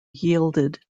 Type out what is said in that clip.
yielded